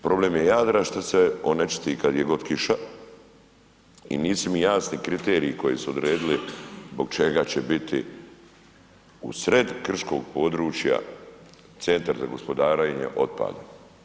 Problem je Jadra što se onečisti kad je god kiša i nisu mi jasni kriteriji koji su odredili zbog čega će biti u sred krškog područja Centar za gospodarenje otpadom.